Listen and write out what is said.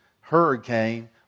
hurricane